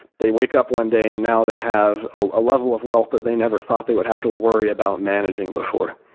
they wake up one day and now they have a level of wealth that they never thought they would have to worry about managing before.